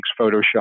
Photoshop